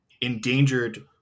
endangered